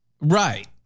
Right